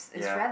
ya